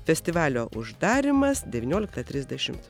festivalio uždarymas devynioliktą trisdešimt